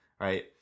right